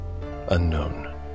Unknown